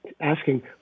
asking